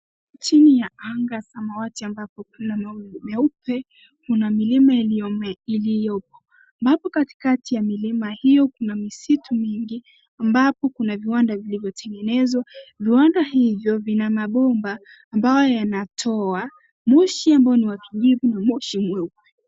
Chini ya angaa ya samawati ambapo kuna mawingu meupe. Kuna milima iliyopo, ambapo kati kati ya milima hiyo kuna misitu mingi ambapo kuna viwanda vilivyotengenezwa. Viwanda hivyo vina magomba ambayo yanatoa moshi ambao ni wa kijivu na moshi mweupe.